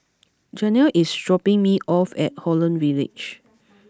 Janiah is dropping me off at Holland Village